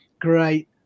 great